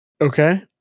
Okay